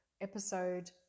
episode